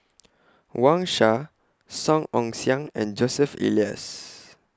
Wang Sha Song Ong Siang and Joseph Elias